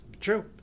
true